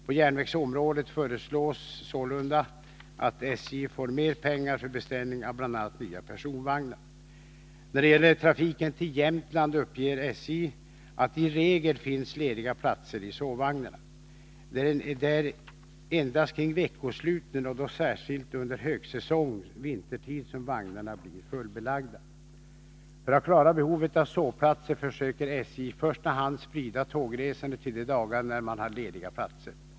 På järnvägsområdet föreslås sålunda att SJ får mer pengar för När det gäller trafiken till Jämtland uppger SJ att det i regel finns lediga platser i sovvagnarna. Det är endast kring veckosluten och då särskilt under högsäsong vintertid som vagnarna blir fullbelagda. För att klara behovet av sovplatser försöker SJ i första hand sprida tågresandet till de dagar när man har lediga platser.